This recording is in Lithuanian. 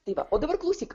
tai va o dabar klausyk